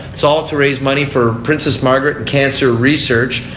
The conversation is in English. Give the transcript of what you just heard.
so ah to raise money for princes margaret and cancer research.